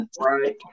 Right